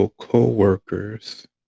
Co-workers